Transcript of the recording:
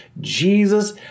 Jesus